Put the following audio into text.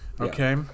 Okay